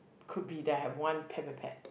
could be there have one Petpetpet